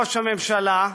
ראש הממשלה,